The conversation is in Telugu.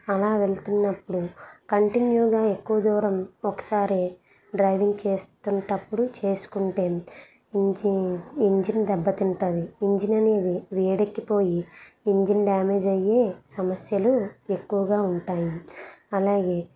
అలా వెళుతున్నపుడు కంటిన్యూగా ఎక్కువ దూరం ఒకసారే డ్రైవింగ్ చేస్తున్నప్పుడు చేసుకుంటే ఇంజి ఇంజిన్ దెబ్బతింటుంది ఇంజిన్ అనేది వేడెక్కిపోయి ఇంజిన్ డ్యామేజ్ అయ్యే సమస్యలు ఎక్కువగా ఉంటాయి అలాగే